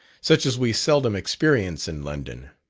such as we seldom experience in london,